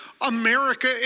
America